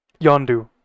yondu